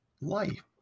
life